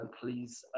please